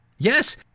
Yes